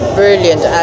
brilliant